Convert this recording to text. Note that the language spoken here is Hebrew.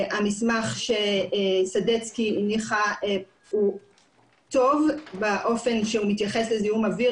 המסמך שסדצקי הניחה הוא טוב באופן שהוא מתייחס לזיהום אויר,